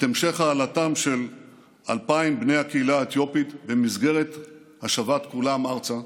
את המשך העלאתם של 2,000 בני הקהילה האתיופית במסגרת השבת כולם ארצה,